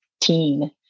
teen